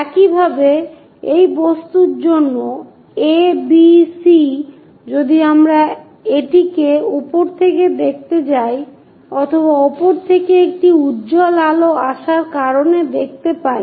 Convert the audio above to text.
একইভাবে একই বস্তুর জন্য A B C যদি আমরা এটিকে উপর থেকে দেখতে যাই অথবা উপর থেকে একটি উজ্জ্বল আলো আসার কারণে দেখতে পাই